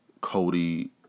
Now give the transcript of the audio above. Cody